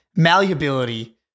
malleability